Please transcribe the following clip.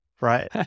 right